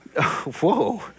Whoa